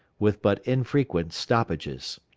with but infrequent stoppages.